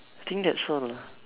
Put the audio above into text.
think that's all lah